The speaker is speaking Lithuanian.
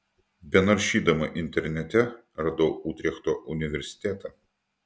benaršydama internete radau utrechto universitetą